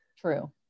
True